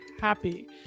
happy